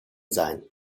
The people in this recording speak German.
sein